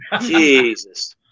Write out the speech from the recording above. Jesus